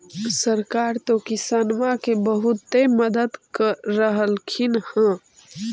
सरकार तो किसानमा के बहुते मदद कर रहल्खिन ह?